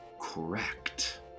Correct